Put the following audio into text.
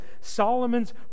Solomon's